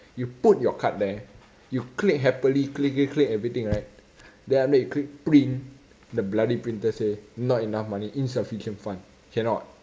you put your card there you click happily click click click everything right then after that you click print the bloody printer say not enough money insufficient fund cannot